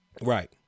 Right